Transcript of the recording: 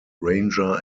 ranger